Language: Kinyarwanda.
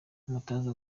umutoza